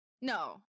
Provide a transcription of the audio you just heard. no